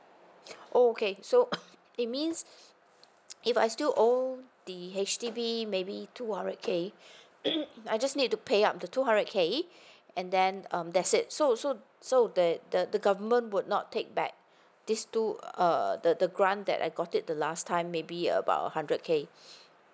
oh okay so it means if I still owe the H_D_B maybe two hundred K I just need to pay up to two hundred K and then um that's it so so so that the the government would not take back this two err the the grant that I got it the last time maybe about hundred K